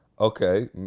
okay